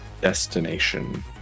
destination